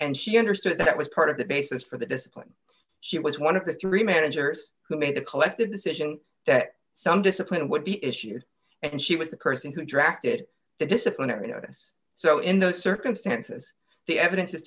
and she understood that was part of the basis for the discipline she was one of the three managers who made the collective decision that some discipline would be issued and she was the person who drafted the disciplinary notice so in those circumstances the evidence is